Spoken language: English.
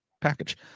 package